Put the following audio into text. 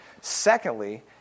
Secondly